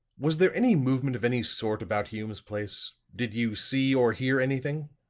was there any movement of any sort about hume's place? did you see or hear anything?